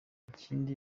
ikindi